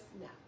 No